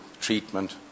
treatment